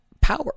power